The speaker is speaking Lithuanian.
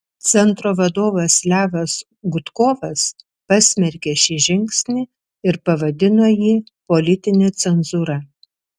centro vadovas levas gudkovas pasmerkė šį žingsnį ir pavadino jį politine cenzūra